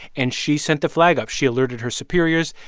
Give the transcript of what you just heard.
and she sent the flag up. she alerted her superiors.